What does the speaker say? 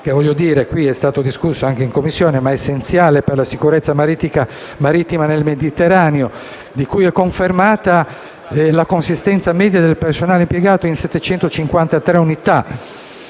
cui abbiamo discusso anche in Commissione, è essenziale per la sicurezza marittima nel Mediterraneo; è confermata la consistenza media del personale impiegato (753 unità)